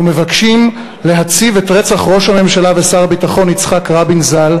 "אנו מבקשים להציב את רצח ראש הממשלה ושר הביטחון יצחק רבין ז"ל